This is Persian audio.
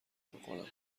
بکنم